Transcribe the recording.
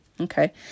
okay